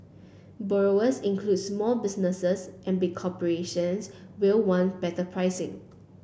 borrowers includes small businesses and big corporations will want better pricing